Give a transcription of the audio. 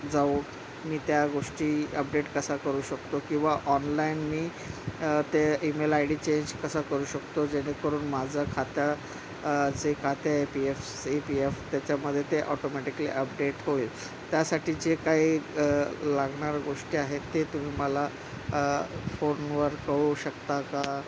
जाऊ मी त्या गोष्टी अपडेट कसा करू शकतो किंवा ऑनलाईन मी ते ईमेल आय डी चेंज कसा करू शकतो जेणेकरून माझा खात्या जे खाते एपीएफ सीपीएफ त्याच्यामध्ये ते ऑटोमॅटिकली अपडेट होईल त्यासाठी जे काही लागणार गोष्टी आहेत ते तुम्ही मला फोनवर कळवू शकता का